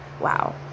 wow